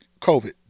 COVID